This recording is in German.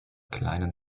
kleinen